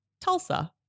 Tulsa